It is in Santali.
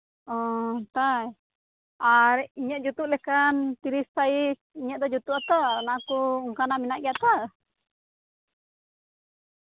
ᱚ ᱛᱟᱭ ᱟᱨ ᱤᱧᱟᱹᱜ ᱡᱩᱛᱩᱜ ᱞᱮᱠᱟᱱ ᱛᱤᱨᱤᱥ ᱥᱟᱭᱤᱡ ᱤᱧᱟᱹᱜ ᱫᱚ ᱡᱩᱛᱩᱜ ᱟᱛᱚ ᱤᱧᱟᱹᱜ ᱡᱩᱛᱩᱜ ᱜᱮᱭᱟ ᱛᱚ